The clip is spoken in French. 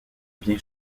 bien